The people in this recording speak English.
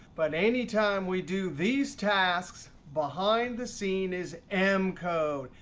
but any time we do these tasks, behind the scene is m code.